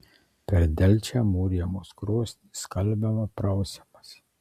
per delčią mūrijamos krosnys skalbiama prausiamasi